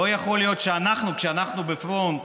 לא יכול להיות שאנחנו, כשאנחנו בפרונט,